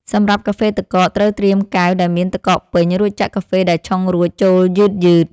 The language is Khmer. សម្រាប់កាហ្វេទឹកកក ត្រូវត្រៀមកែវដែលមានទឹកកកពេញ រួចចាក់កាហ្វេដែលឆុងរួចចូលយឺតៗ។